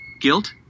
Guilt